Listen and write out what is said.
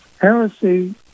heresy